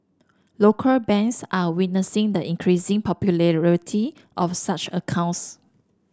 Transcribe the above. local banks are witnessing the increasing popularity of such accounts